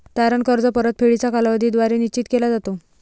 तारण कर्ज परतफेडीचा कालावधी द्वारे निश्चित केला जातो